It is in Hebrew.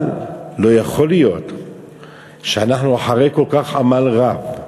אבל לא יכול להיות שאחרי עמל כל כך רב,